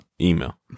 email